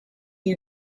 you